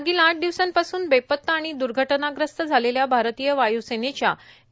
मागील आठ दिवसांपासून बेपत्ता आणि द्र्घटनाग्रस्त झालेल्या भारतीय वायूसेनेच्या ए